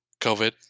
COVID